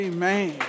Amen